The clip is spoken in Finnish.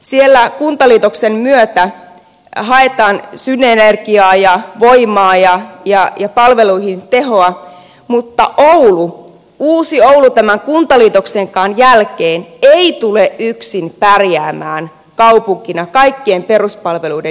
siellä kuntaliitoksen myötä haetaan synergiaa ja voimaa ja palveluihin tehoa mutta oulu uusi oulu ei tämän kuntaliitoksenkaan jälkeen tule yksin pärjäämään kaupunkina kaikkien peruspalveluiden järjestämisessä